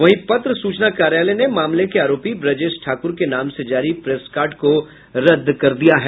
वहीं पत्र सूचना कार्यालय ने मामले के आरोपी ब्रजेश ठाकुर के नाम से जारी प्रेस कार्ड को रद्द कर दिया है